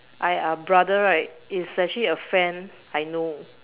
I uh brother right is actually a friend I know